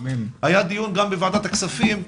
היה דיון גם בוועדת הכספים,